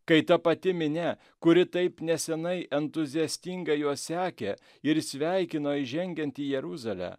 kai ta pati minia kuri taip nesenai entuziastingai juo sekė ir sveikino įžengiant į jeruzalę